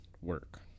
work